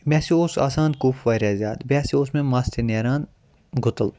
مےٚ سہ اوس آسان کُف واریاہ زیادٕ بیٚیہِ ہَسا اوس مےٚ مَس تہِ نیران گُتُل